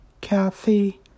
Kathy